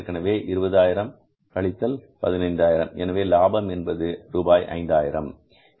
எனவே 20000 கழித்தல் 15000 எனவே லாபம் என்பது ரூபாய் ஐந்தாயிரம் ரூபாய் 5000